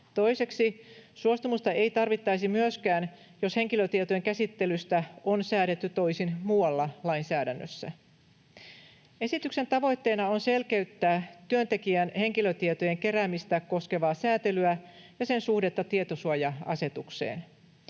Toiseksi: suostumusta ei tarvittaisi myöskään, jos henkilötietojen käsittelystä on säädetty toisin muualla lainsäädännössä. Esityksen tavoitteena on selkeyttää työntekijän henkilötietojen keräämistä koskevaa sääntelyä ja sen suhdetta tietosuoja-asetukseen.